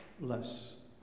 less